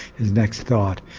his next thought.